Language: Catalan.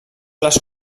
les